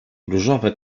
różowe